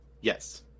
Yes